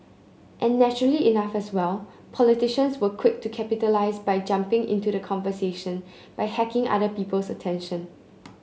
and naturally enough as well politicians were quick to capitalise by jumping into the conversation by hacking other people's attention